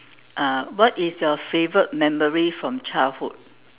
uh what is your favorite memory from childhood